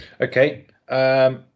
okay